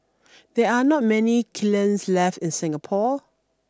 there are not many kilns left in Singapore